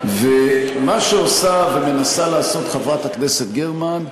ומה שעושה ומנסה לעשות חברת הכנסת גרמן,